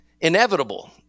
inevitable